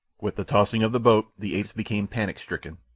with the tossing of the boat the apes became panic-stricken.